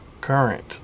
current